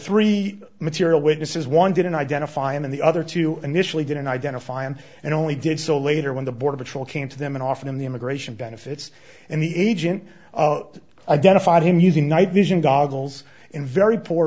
three material witnesses one didn't identify him and the other two initially didn't identify him and only did so later when the border patrol came to them and offer them the immigration benefits and the agent identified him using night vision goggles in very poor